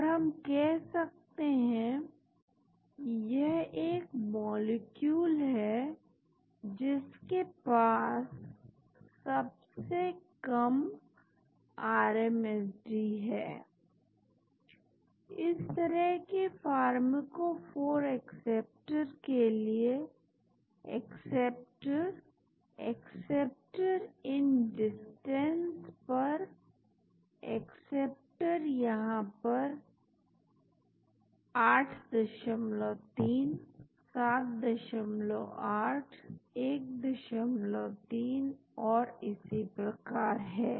और हम कह सकते हैं कि यह एक मॉलिक्यूल है जिसके पास सबसे कम आरएमएसडी है इस तरह के फार्मकोफोर एक्सेप्टर के लिए एक्सेप्टर एक्सेप्टर इन डिस्टेंस पर एक्सेप्टर यहां पर 83 78 13और इसी प्रकार है